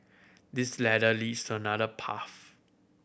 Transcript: this ladder leads to another path